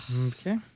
Okay